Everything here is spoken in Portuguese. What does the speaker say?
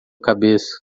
cabeça